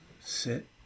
sit